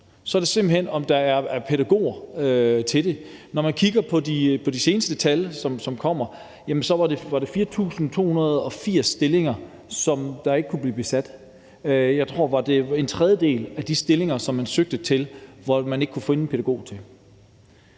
Så er det simpelt hen, om der er pædagoger til det. Når man kigger på de seneste tal, som er kommet, så var det 4.280 stillinger, der ikke kunne blive besat. Jeg tror, det var en tredjedel af de stillinger, man søgte til, som man ikke kunne finde en pædagog til.